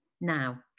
Now